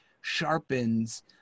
sharpens